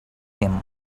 him